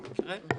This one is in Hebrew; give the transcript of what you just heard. אם יקרה,